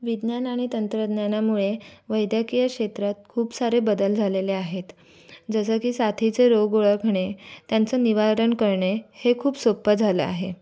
विज्ञान आणि तंत्रज्ञानामुळे वैद्यकीय क्षेत्रात खूप सारे बदल झालेले आहेत जसं की साथीचे रोग ओळखणे त्यांचं निवारण करणे हे खूप सोपं झालं आहे